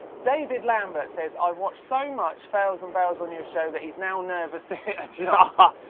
david lambert says, i've watched so much fails and bails on your show that he's now nervous to hit a jump. ah